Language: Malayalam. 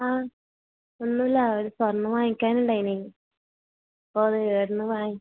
ആ ഒന്നുമില്ല ഒരു സ്വർണം വാങ്ങിക്കാൻ ഉണ്ടായിരുന്നു അപ്പോൾ അത് എവിടെ നിന്ന് വാങ്ങി